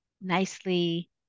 nicely